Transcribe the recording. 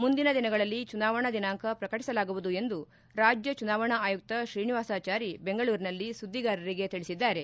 ಮುಂದಿನ ದಿನಗಳಲ್ಲಿ ಚುನಾವಣಾ ದಿನಾಂಕ ಪ್ರಕಟಿಸಲಾಗುವುದು ಎಂದು ರಾಜ್ಯ ಚುನಾವಣಾ ಆಯುಕ್ತ ತ್ರೀನಿವಾಸಚಾರಿ ಬೆಂಗಳೂರಿನಲ್ಲಿ ಸುದ್ದಿಗಾರರಿಗೆ ತಿಳಿಸಿದ್ದಾರೆ